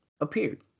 appeared